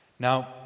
Now